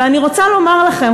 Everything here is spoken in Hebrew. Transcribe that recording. ואני רוצה לומר לכם,